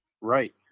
Right